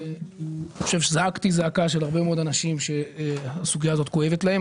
אני חושב שזעקתי זעקה של הרבה מאוד אנשים שהסוגיה הזאת כואבת להם.